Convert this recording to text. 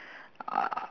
uh